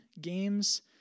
games